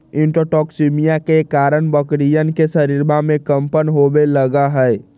enterotoxaemia के अआरण बकरियन के शरीरवा में कम्पन होवे लगा हई